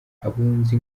abunzi